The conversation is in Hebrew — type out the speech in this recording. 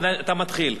אתה מתחיל.